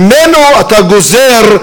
שממנו אתה גוזר,